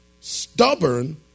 stubborn